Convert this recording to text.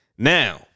now